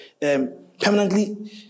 permanently